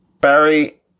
Barry